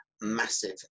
massive